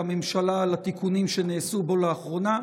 הממשלה בתיקונים שנעשו בו לאחרונה.